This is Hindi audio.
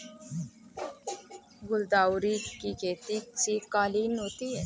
गुलदाउदी की खेती शीतकालीन होती है